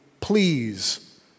please